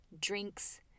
drinks